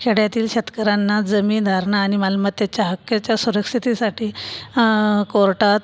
खेड्यातील शेतकऱ्यांना जमीनधारणा आणि मालमत्तेच्या हक्काच्या सुरक्षितेसाठी कोर्टात